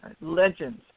legends